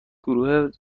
گروه